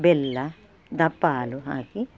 ಬೆಲ್ಲ ದಪ್ಪ ಹಾಲು ಹಾಕಿ